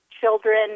children